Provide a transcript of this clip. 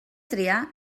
triar